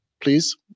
please